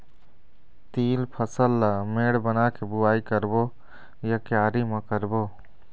तील फसल ला मेड़ बना के बुआई करबो या क्यारी म करबो?